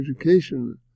education